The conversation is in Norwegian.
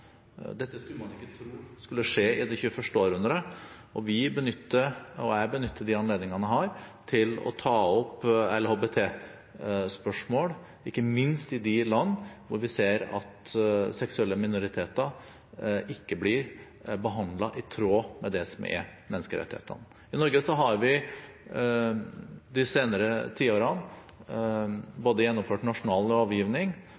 Dette skulle man ikke tro skulle skje i det 21. århundret, og jeg benytter de anledningene jeg har til å ta opp LHBT-spørsmål ikke minst i de land hvor vi ser at seksuelle minoriteter ikke blir behandlet i tråd med det som er menneskerettighetene. I Norge har vi de senere tiårene både gjennomført nasjonal lovgivning